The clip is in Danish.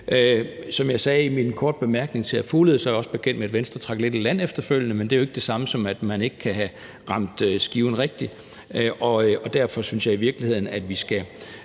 Som jeg sagde i min korte bemærkning til hr. Mads Fuglede, er jeg også bekendt med, at Venstre trak lidt i land efterfølgende, men det er jo ikke det samme, som at man ikke kan have ramt skiven rigtigt, og derfor synes jeg i virkeligheden, vi skal